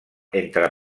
entre